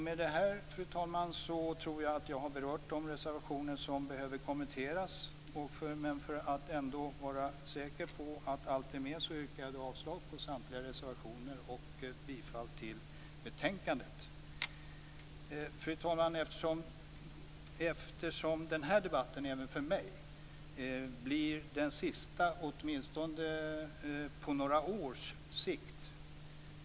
Med detta, fru talman, tror jag att jag har berört de reservationer som behöver kommenteras. För att ändå vara säker på att allt är med yrkar jag avslag på samtliga reservationer och bifall till utskottets hemställan. Fru talman! Den här debatten blir även för mig den sista, åtminstone på några års sikt.